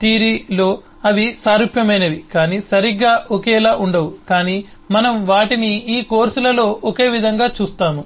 సిద్ధాంతంలో అవి సారూప్యమైనవి కాని సరిగ్గా ఒకేలా ఉండవు కాని మనము వాటిని ఈ కోర్సులో ఒకే విధంగా చూస్తాము